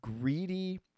greedy